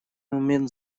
момент